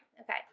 Okay